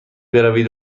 بروید